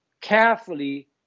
carefully